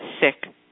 sick